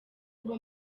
abo